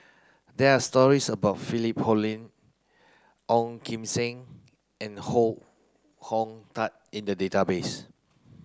there are stories about Philip Hoalim Ong Kim Seng and Foo Hong Tatt in the database